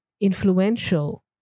influential